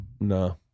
no